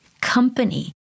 company